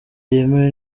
yemewe